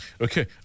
Okay